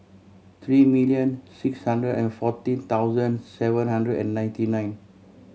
three million six hundred and fourteen thousand seven hundred and ninety nine